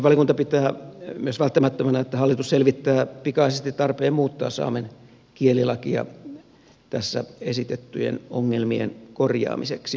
perustuslakivaliokunta pitää myös välttämättömänä että hallitus selvittää pikaisesti tarpeen muuttaa saamen kielilakia tässä esitettyjen ongelmien korjaamiseksi